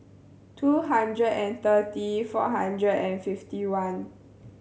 two hundred and thirty four hundred and fifty one